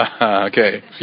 Okay